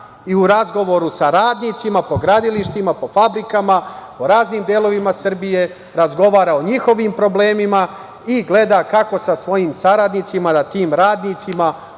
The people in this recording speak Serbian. U razgovoru sa radnicima po gradilištima, po fabrika, po raznim delovima Srbije razgovara o njihovim problemima i gleda kako sa svojim saradnicima tim radnicima